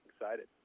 Excited